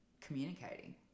communicating